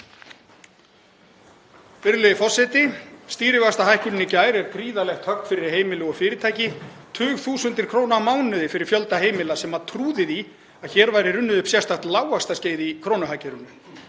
Virðulegi forseti. Stýrivaxtahækkunin í gær er gríðarlegt högg fyrir heimili og fyrirtæki, tugþúsundir króna á mánuði fyrir fjölda heimila sem trúðu því að hér væri runnið upp sérstakt lágvaxtaskeið í krónuhagkerfinu.